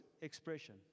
expression